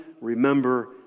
remember